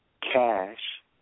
cash